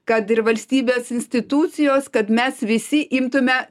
kad ir valstybės institucijos kad mes visi imtume